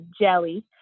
jelly